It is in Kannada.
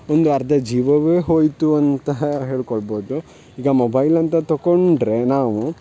ಒಂದು ಅರ್ಧ ಜೀವವೇ ಹೋಯಿತು ಅಂತ ಹೇಳಿಕೊಳ್ಬೌದು ಈಗ ಮೊಬೈಲ್ ಅಂತ ತಕೊಂಡರೆ ನಾವು